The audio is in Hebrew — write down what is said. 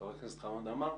חבר הכנסת חמד עמאר,